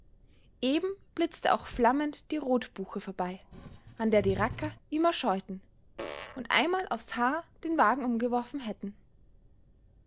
eben blitzte auch flammend die rotbuche vorbei an der die racker immer scheuten und einmal auf's haar den wagen umgeworfen hätten